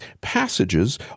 passages